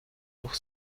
doch